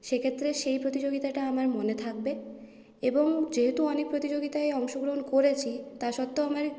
সে ক্ষেত্রে সেই প্রতিযোগিতাটা আমার মনে থাকবে এবং যেহেতু অনেক প্রতিযোগিতায় অংশগ্রহণ করেছি তার সত্ত্বেও আমার